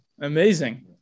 amazing